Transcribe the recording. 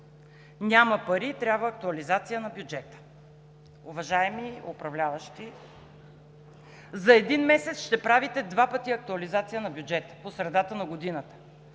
няма пари, трябва актуализация на бюджета. Уважаеми управляващи, за един месец ще правите два пъти актуализация на бюджета по средата на годината